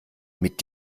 mit